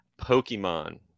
pokemon